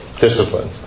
discipline